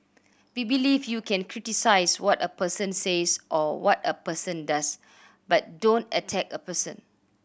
we believe you can criticise what a person says or what a person does but don't attack a person